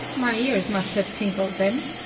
my ears must have tingled then.